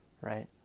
right